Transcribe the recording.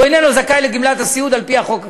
הוא איננו זכאי לגמלת סיעוד על-פי החוק הקיים,